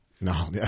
No